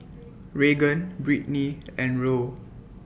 Raegan Britny and Roll